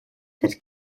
that